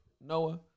Noah